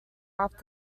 after